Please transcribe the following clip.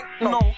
no